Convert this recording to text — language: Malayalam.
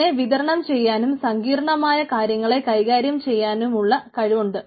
അതിനെ വിതരണം ചെയ്യാനും സങ്കീർണമായ കാര്യങ്ങളെ കൈകാര്യം ചെയ്യാനുമുള്ള കഴിവുണ്ട്